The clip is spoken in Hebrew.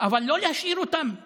לא רציתי להיכשל בנתונים.